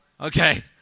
Okay